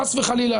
חס וחלילה.